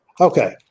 Okay